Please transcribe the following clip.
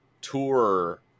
tour